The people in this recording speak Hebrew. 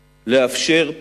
לאפשר,